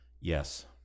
Yes